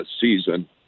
season